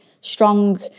strong